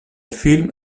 film